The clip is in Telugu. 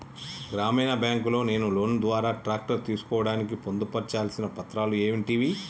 గ్రామీణ బ్యాంక్ లో నేను లోన్ ద్వారా ట్రాక్టర్ తీసుకోవడానికి పొందు పర్చాల్సిన పత్రాలు ఏంటివి?